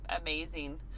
amazing